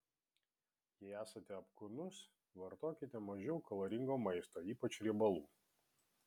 jei esate apkūnus vartokite mažiau kaloringo maisto ypač riebalų